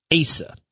Asa